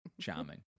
charming